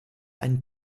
einen